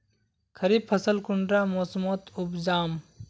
खरीफ फसल कुंडा मोसमोत उपजाम?